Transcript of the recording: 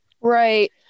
right